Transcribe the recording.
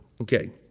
Okay